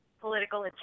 political